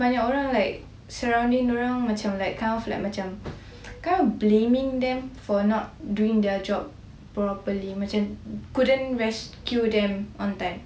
tapi banyak orang like surrounding diorang macam like kind of like macam blaming them for not doing their job properly macam couldn't rescue them on time